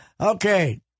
Okay